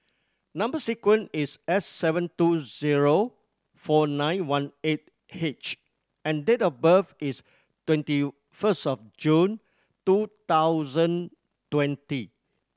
number sequence is S seven two zero four nine one eight H and date of birth is twenty first of June two thousand twenty